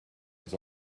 was